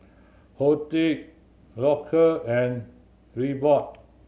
Horti Loacker and Reebok